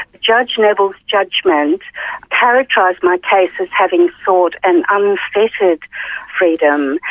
judge neville's judgement characterised my case as having sought an unfettered freedom,